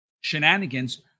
shenanigans